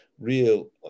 real